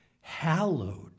Hallowed